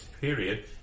period